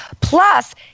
Plus